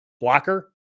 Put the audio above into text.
blocker